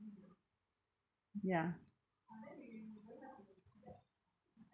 ya